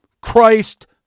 Christ